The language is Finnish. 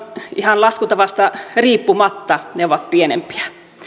ihan laskutavasta riippumatta ne ovat pienempiä